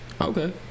Okay